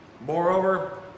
Moreover